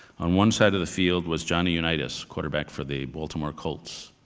on one side of the field was johnny unitas, quarterback for the baltimore colts.